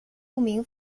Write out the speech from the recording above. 不明